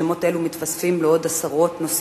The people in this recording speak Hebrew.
ושמות אלו מתווספים לעוד עשרות נוספים,